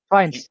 Fine